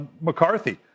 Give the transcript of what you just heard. McCarthy